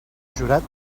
jurat